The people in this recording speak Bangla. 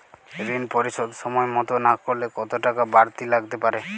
ঋন পরিশোধ সময় মতো না করলে কতো টাকা বারতি লাগতে পারে?